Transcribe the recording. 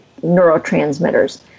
neurotransmitters